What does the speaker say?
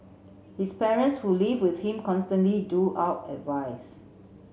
his parents who live with him constantly do out advice